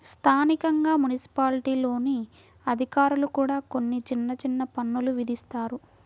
స్థానికంగా మున్సిపాలిటీల్లోని అధికారులు కూడా కొన్ని చిన్న చిన్న పన్నులు విధిస్తారు